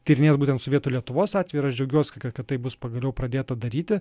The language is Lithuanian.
tyrinės būtent sovietų lietuvos atvejį ir aš džiaugiuos kad tai bus pagaliau pradėta daryti